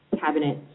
cabinet